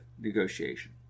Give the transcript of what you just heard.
negotiation